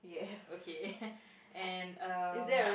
okay and